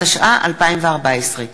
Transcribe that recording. התשע"ה 2014,